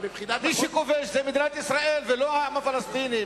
מי שכובש זה מדינת ישראל ולא העם הפלסטיני.